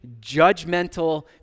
judgmental